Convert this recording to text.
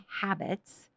habits